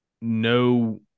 no